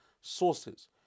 sources